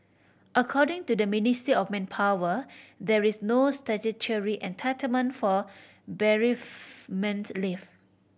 according to the Ministry of Manpower there is no statutory entitlement for bereavement leave